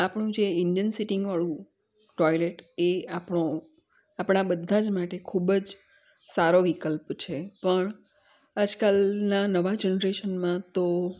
આપણું જે ઇન્ડિયન સીટિંગવાળું ટોયલેટ એ આપણો આપણા બધા જ માટે ખૂબ જ સારો વિકલ્પ છે પણ આજકાલના નવા જનરેશનમાં તો